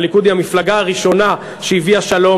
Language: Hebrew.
הליכוד הוא המפלגה הראשונה שהביאה שלום.